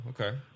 Okay